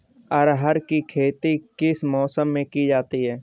अरहर की खेती किस मौसम में की जाती है?